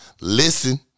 Listen